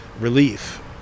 relief